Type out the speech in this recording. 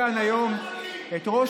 איזה חברתי --- שמעתי כאן היום את ראש